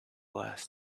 last